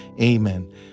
Amen